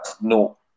no